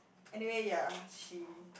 anyway ya she